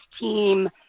team